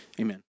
amen